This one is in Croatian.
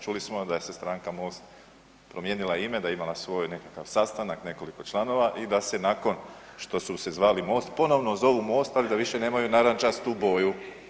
Čuli smo da je stranka MOST promijenila ime, da je imala nekakav svoj sastanak, nekoliko članova i da se nakon što su se zvali MOST ponovno zovu MOST tako da više nemaju narandžastu boju.